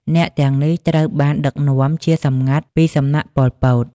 អ្នកទាំងនេះត្រូវបានដឹកនាំជាសម្ងាត់ ពីសំណាក់ ប៉ុល ពត ។